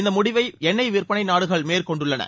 இந்த முடிவை எண்ணெய் விற்பனை நாடுகள் மேற்கொண்டுள்ளன